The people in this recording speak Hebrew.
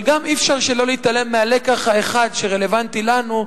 אבל גם אי-אפשר להתעלם מהלקח האחד שרלוונטי לנו,